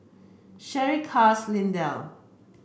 Sherie Cas Lindell